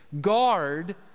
Guard